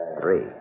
Three